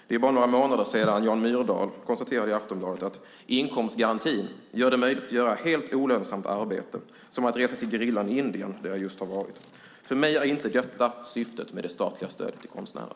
Det är bara några månader sedan Jan Myrdal konstaterade i Aftonbladet: Inkomstgarantin gör det möjligt att göra helt olönsamt arbete, som att resa till gerillan i Indien, där jag just har varit. För mig är det inte syftet med det statliga stödet till konstnärer.